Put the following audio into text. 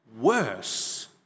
worse